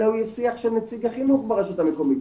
אלא הוא יהיה שיח של נציג החינוך ברשות המקומית.